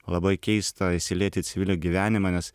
labai keista įsilieti į civilio gyvenimą nes